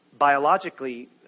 biologically